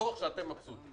בטוח שאתם מבסוטים.